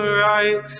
right